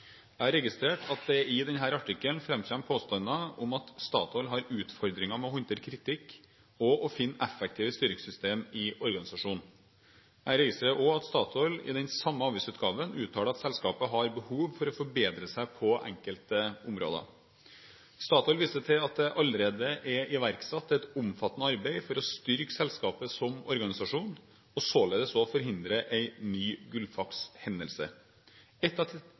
Jeg har registrert at det i denne artikkelen framkommer påstander om at Statoil har utfordringer med å håndtere kritikk og å finne effektive styringssystemer i organisasjonen. Jeg registrerer også at Statoil i den samme avisutgaven uttaler at selskapet har behov for å forbedre seg på enkelte områder. Statoil viser til at det allerede er iverksatt et omfattende arbeid for å styrke selskapet som organisasjon og således også forhindre en ny